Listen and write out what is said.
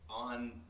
on